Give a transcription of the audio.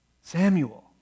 Samuel